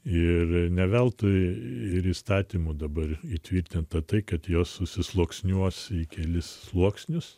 ir ne veltui ir įstatymu dabar įtvirtinta tai kad jos susisluoksniuos į kelis sluoksnius